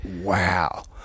Wow